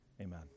amen